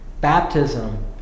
Baptism